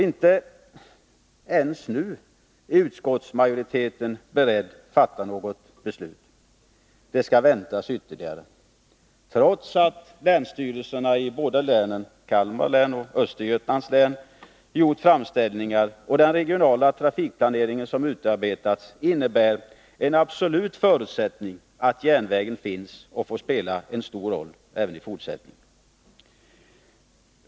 Inte ens nu är utskottsmajoriteten beredd att fatta något beslut, utan det skall väntas ytterligare, trots att länsstyrelserna i båda länen — Kalmar län och Östergötlands län — gjort framställningar och den regionala trafikplaneringen som utarbetats innebär en absolut förutsättning att järnvägen finns och får spela en stor roll även i fortsättningen.